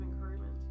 encouragement